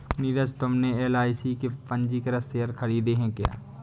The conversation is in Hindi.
नीरज तुमने एल.आई.सी के पंजीकृत शेयर खरीदे हैं क्या?